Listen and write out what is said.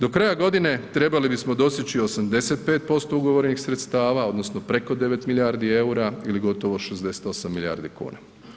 Do kraja godine trebali bismo dostići 85% ugovorenih sredstava odnosno preko 9 milijardi eura ili gotovo 68 milijardi kuna.